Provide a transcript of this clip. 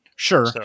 Sure